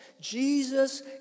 Jesus